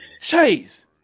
Chase